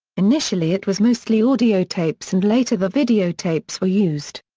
initially it was mostly audio tapes and later the video tapes were used.